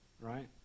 right